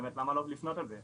באמת למה לא לפנות על זה?'.